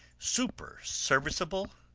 superserviceable,